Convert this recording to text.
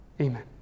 Amen